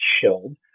chilled